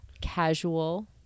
casual